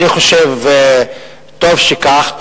אני חושב שטוב שכך,